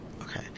Okay